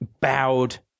bowed